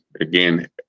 again